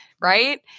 Right